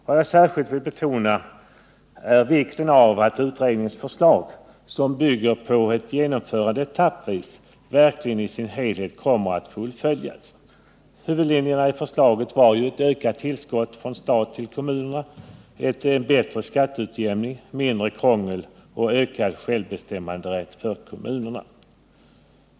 Vad jag särskilt vill betona är vikten av att utredningens förslag — som bygger på ett genomförande etappvis — verkligen i sin helhet kommer att fullföljas. Huvudlinjerna i förslaget var ökat tillskott från staten till kommunerna, bättre skatteutjämning, mindre krångel och ökad självbestämmanderätt för kommunerna.